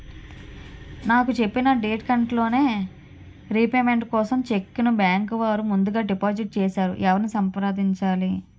నాకు చెప్పిన డేట్ కంటే లోన్ రీపేమెంట్ కోసం చెక్ ను బ్యాంకు వారు ముందుగా డిపాజిట్ చేసారు ఎవరిని సంప్రదించాలి?